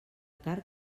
carn